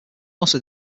also